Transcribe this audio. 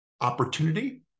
opportunity